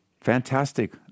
Fantastic